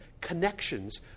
connections